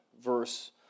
verse